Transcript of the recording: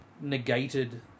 negated